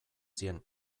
zien